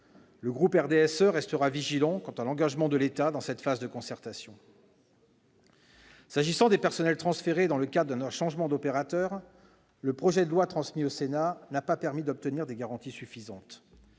Le groupe du RDSE restera vigilant quant à l'engagement de l'État dans cette phase. Pour ce qui concerne le personnel transféré dans le cadre d'un changement d'opérateur, le projet de loi transmis au Sénat ne permettait pas d'obtenir des garanties suffisantes.